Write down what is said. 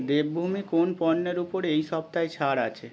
দেবভূমি কোন পণ্যের ওপর এই সপ্তাহে ছাড় আছে